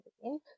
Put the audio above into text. again